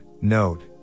NOTE